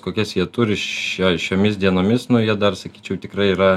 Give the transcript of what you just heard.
kokias jie turi šio šiomis dienomis nu jie dar sakyčiau tikrai yra